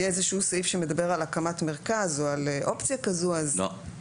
יהיה איזשהו סעיף שמדבר על הקמת מרכז או על אופציה כזו --- לא.